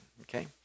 Okay